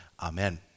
Amen